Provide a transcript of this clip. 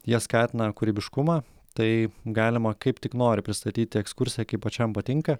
jie skatina kūrybiškumą tai galima kaip tik nori pristatyti ekskursą kaip pačiam patinka